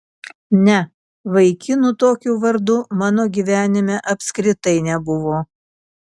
ne vaikinų tokiu vardu mano gyvenime apskritai nebuvo